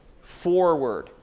Forward